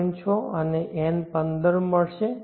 6 અને n પંદર મળશે